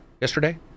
Yesterday